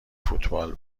فوتبال